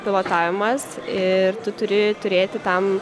pilotavimas ir tu turi turėti tam